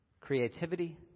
creativity